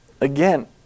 Again